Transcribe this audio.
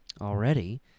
already